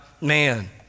man